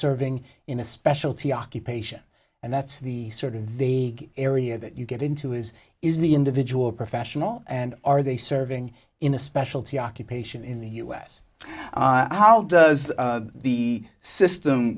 serving in a specialty occupation and that's the sort of the area that you get into is is the individual professional and are they serving in a specialty occupation in the u s i how does the system